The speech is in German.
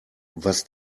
was